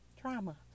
Trauma